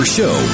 show